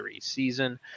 season